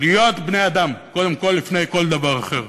להיות בני-אדם קודם כול, לפני כל דבר אחר.